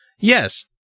Yes